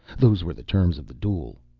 those were the terms of the duel.